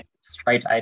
straight